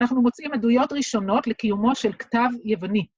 אנחנו מוצאים עדויות ראשונות לקיומו של כתב יווני.